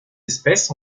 espèces